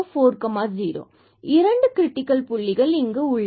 2 critical புள்ளிகள் 00 and 40